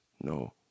no